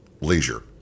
leisure